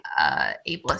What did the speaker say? ableist